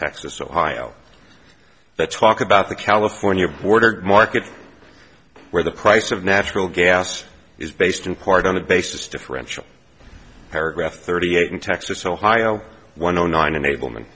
texas ohio let's talk about the california border market where the price of natural gas is based in part on the basis differential paragraph thirty eight in texas ohio one o nine enable